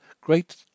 Great